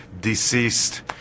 deceased